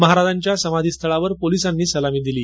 महाराजांच्या समाधी स्थळावर पोलिसांनी सलामी दिली